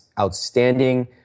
outstanding